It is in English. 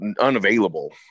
unavailable